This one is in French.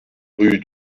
rue